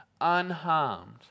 unharmed